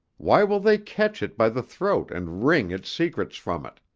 why will they catch it by the throat and wring its secrets from it?